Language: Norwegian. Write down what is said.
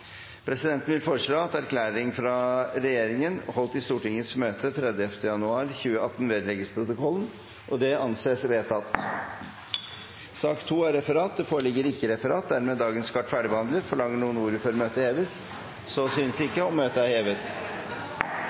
Presidenten vil foreslå at erklæring fra regjeringen holdt i Stortingets møte 30. januar 2018 vedlegges protokollen. – Det anses vedtatt. Det foreligger ikke noe referat. Dermed er dagens kart ferdigbehandlet. Forlanger noen ordet før møtet heves? – Så synes ikke, og møtet er hevet.